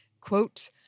Quote